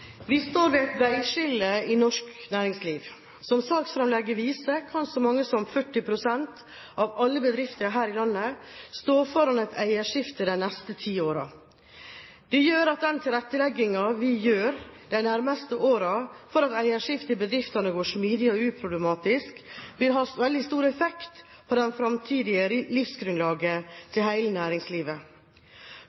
Vi står ved et veiskille i norsk næringsliv. Som saksframlegget viser, kan så mange som 40 pst. av alle bedrifter her i landet stå foran et eierskifte de neste ti årene. Det gjør at den tilretteleggingen vi gjør de nærmeste årene for at eierskifte i bedriftene går smidig og uproblematisk, vil ha veldig stor effekt på det fremtidige livsgrunnlaget